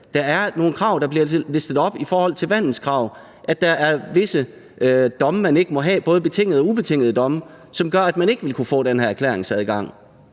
Der er nogle krav, der bliver listet op i forhold til vandelskrav; der er visse domme, man ikke må have – både betingede og ubetingede domme – som gør, at man ikke ville kunne få den her erklæringsadgang.